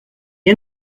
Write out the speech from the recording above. dir